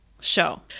show